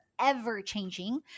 ever-changing